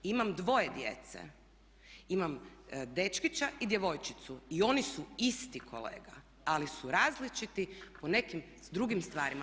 Imam dvoje djece, imam dečkića i djevojčicu i oni su isti kolega ali su različiti po nekim drugim stvarima.